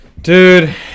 Dude